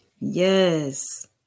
Yes